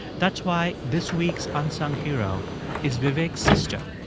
that's why this week's unsung hero is vivek's sister,